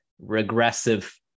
regressive